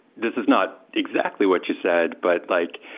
this is not exactly what you said, but like,